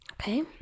okay